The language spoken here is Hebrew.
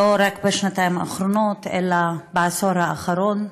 לא רק בשנתיים האחרונות אלא בעשור האחרון.